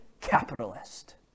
capitalist